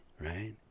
right